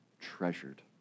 treasured